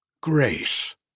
Grace